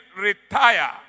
retire